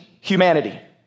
humanity